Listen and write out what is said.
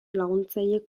laguntzailek